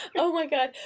oh my god,